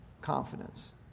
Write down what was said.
confidence